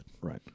Right